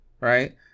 right